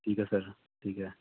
ਠੀਕ ਹੈ ਸਰ ਠੀਕ ਹੈ